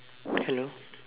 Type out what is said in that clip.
hello